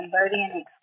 Cambodian